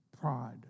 Pride